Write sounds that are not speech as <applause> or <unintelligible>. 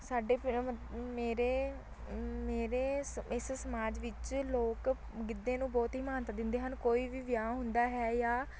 ਸਾਡੇ <unintelligible> ਮੇਰੇ ਮੇਰੇ ਸ ਇਸ ਸਮਾਜ ਵਿੱਚ ਲੋਕ ਗਿੱਧੇ ਨੂੰ ਬਹੁਤ ਹੀ ਮਹਾਨਤਾ ਦਿੰਦੇ ਹਨ ਕੋਈ ਵੀ ਵਿਆਹ ਹੁੰਦਾ ਹੈ ਜਾਂ